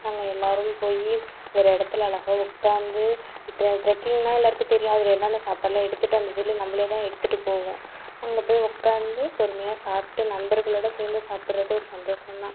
நாங்கள் எல்லாரும் போய் ஒரு இடத்தில் அழகாக உட்காந்து ட்ரெக்கிங்ன்னா எல்லாருக்கும் தெரியும் அதில் என்ன என்ன சாப்பாடுலாம் எடுத்துகிட்டு அந்த இதில் நம்பளே தான் எடுத்துகிட்டு போவோம் அங்கே போய் உட்காந்து பொறுமையாக சாப்பிட்டு நண்பர்களோட சேர்ந்து சாப்பிட்றது ஒரு சந்தோஷம் தான்